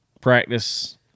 practice